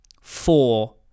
four